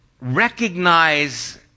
recognize